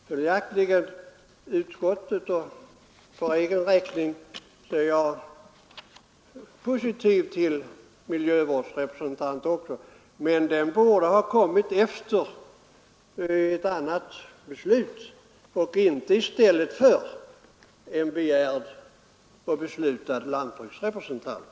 För egen räkning är jag positiv också till att vi skall ha en miljörepresentant, men den borde ha kommit efter ett annat beslut och inte i stället för en begärd och beslutad tjänst som lantbruksrepresentant.